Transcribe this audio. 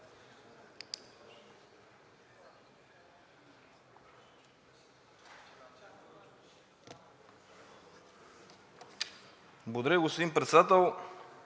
Благодаря, господин Председател.